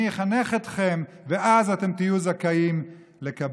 אני אחנך אתכם, ואז אתם תהיו זכאים לקבל.